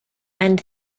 and